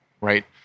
right